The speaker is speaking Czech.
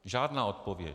Žádná odpověď.